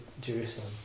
Jerusalem